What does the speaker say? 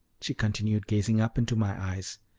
she continued gazing up into my eyes.